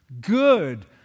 good